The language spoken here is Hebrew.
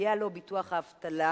יסייע לו ביטוח האבטלה